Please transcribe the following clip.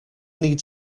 need